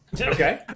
Okay